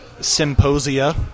symposia